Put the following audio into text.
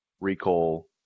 recall